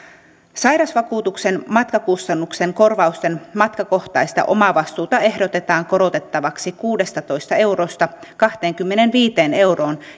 sairausvakuutuksen matkakustannusten korvausten matkakohtaista omavastuuta ehdotetaan korotettavaksi kuudestatoista eurosta kahteenkymmeneenviiteen euroon